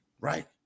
right